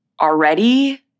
already